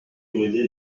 sécuriser